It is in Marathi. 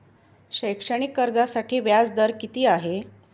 शैक्षणिक कर्जासाठी व्याज दर किती आहे?